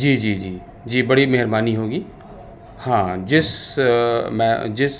جی جی جی جی بڑی مہربانی ہوگی ہاں جس جس